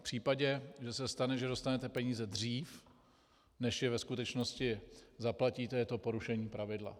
V případě, že se stane, že dostanete peníze dřív, než je ve skutečnosti zaplatíte, je to porušení pravidla.